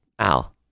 Ow